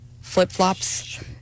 flip-flops